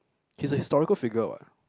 he's a historical figure what